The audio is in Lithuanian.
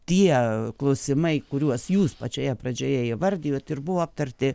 tie klausimai kuriuos jūs pačioje pradžioje įvardijot ir buvo aptarti